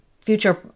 future